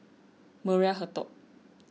Maria Hertogh